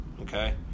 Okay